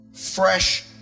fresh